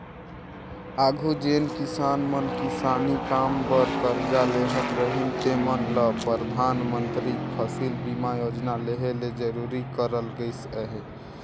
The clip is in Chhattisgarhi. आघु जेन किसान मन किसानी काम बर करजा लेहत रहिन तेमन ल परधानमंतरी फसिल बीमा योजना लेहे ले जरूरी करल गइस अहे